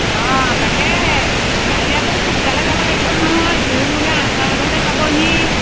অঁ তাকেহে কাইলৈ অকণ সোনকালে যাব লাগিব নহয় জোৰোণ বোলে আঠটা বজাতে পাবহি